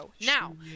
Now